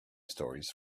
stories